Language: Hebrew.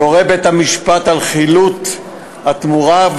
יורה בית-המשפט על חילוט התמורה,